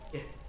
Yes